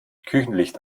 küchenlicht